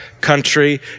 country